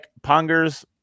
Pongers